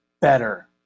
better